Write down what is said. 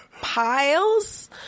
piles